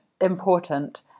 important